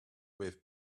with